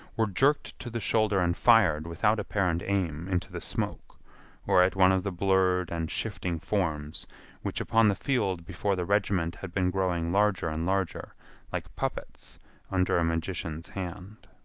were jerked to the shoulder and fired without apparent aim into the smoke or at one of the blurred and shifting forms which upon the field before the regiment had been growing larger and larger like puppets under a magician's hand.